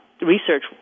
research